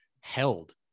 held